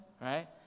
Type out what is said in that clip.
right